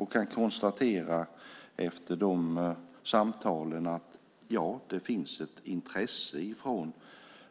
Jag kan efter dessa samtal konstatera att det finns ett intresse,